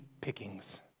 pickings